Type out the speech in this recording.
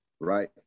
right